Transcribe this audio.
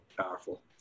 powerful